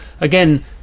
Again